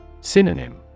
Synonym